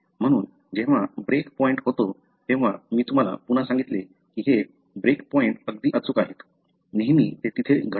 म्हणून जेव्हा break point होतो तेव्हा मी तुम्हाला पुन्हा सांगितले की हे ब्रेक पॉइंट अगदी अचूक आहेत नेहमी ते तिथे घडते